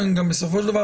גם בסופו של דבר,